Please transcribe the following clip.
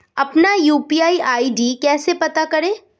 अपना UPI ID कैसे पता करें?